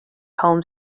home